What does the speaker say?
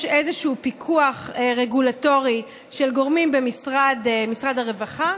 יש איזשהו פיקוח רגולטורי של גורמים במשרד הרווחה,